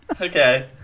Okay